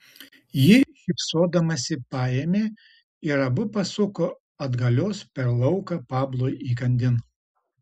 ji šypsodamasi paėmė ir abu pasuko atgalios per lauką pablui įkandin